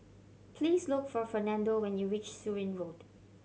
please look for Fernando when you reach Surin Road